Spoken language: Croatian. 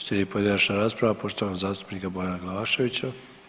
Slijedi pojedinačna rasprava poštovanog zastupnika Bojana Glavaševića.